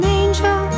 angel